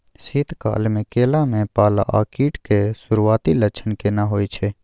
शीत काल में केला में पाला आ कीट के सुरूआती लक्षण केना हौय छै?